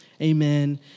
Amen